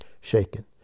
shaken